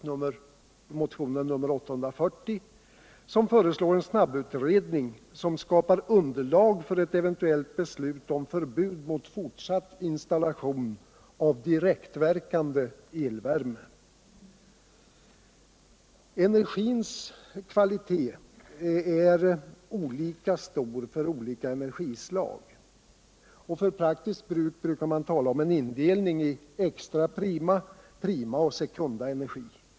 Det är motionen 840. som föreslår en snabbutredning som skapar underlag för ett eventuellt beslut om förbud mot fortsatt installation av direktverkande elvärme. Energins kvalitet är olika stor för olika energislag. För prakuskt bruk talar man om en indelning i extra prima, prima och sekunda energi.